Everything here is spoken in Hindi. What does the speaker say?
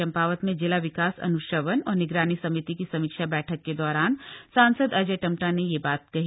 चम्पावत में जिला विकास अन्श्रवण और निगरानी समिति की समीक्षा बछक के दौरान सांसद अजय टम्टा ने यह बात कही